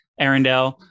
Arendelle